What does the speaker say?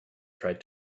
tried